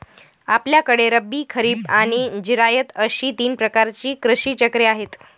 आपल्याकडे रब्बी, खरीब आणि जिरायत अशी तीन प्रकारची कृषी चक्रे आहेत